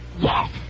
Yes